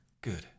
good